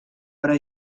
però